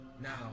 Now